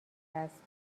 است